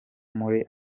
muri